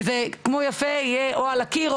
וזה יהיה יפה או על הקיר,